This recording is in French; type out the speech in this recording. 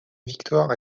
victoires